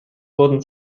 wurden